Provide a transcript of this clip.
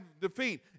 defeat